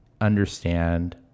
understand